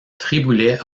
triboulet